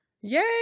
Yay